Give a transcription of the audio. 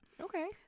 Okay